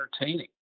entertaining